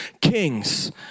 kings